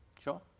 Sure